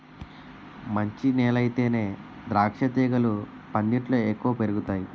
మంచి నేలయితేనే ద్రాక్షతీగలు పందిట్లో ఎక్కువ పెరుగతాయ్